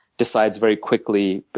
decides very quickly,